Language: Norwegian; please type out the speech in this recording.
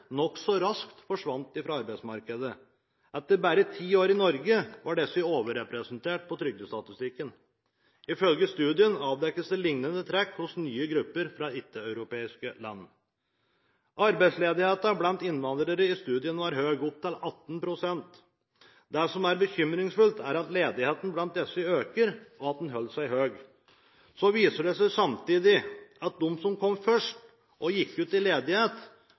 nokså raskt forsvant fra arbeidsmarkedet. Etter bare ti år i Norge var disse overrepresentert på trygdestatistikken. Ifølge studien avdekkes det lignende trekk hos nye grupper fra ikke-europeiske land. Studien viste at arbeidsledigheten blant innvandrere var høy, opp mot 18 pst. Det som er bekymringsfullt, er at ledigheten blant disse øker, og at den holder seg høy. Så viser det seg at samtidig som de som kom først, og som gikk ut i ledighet,